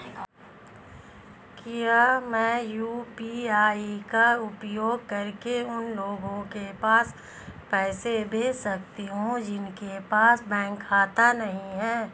क्या मैं यू.पी.आई का उपयोग करके उन लोगों के पास पैसे भेज सकती हूँ जिनके पास बैंक खाता नहीं है?